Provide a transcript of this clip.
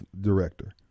director